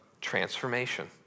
transformation